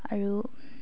আৰু